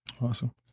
awesome